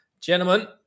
Gentlemen